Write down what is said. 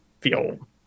feel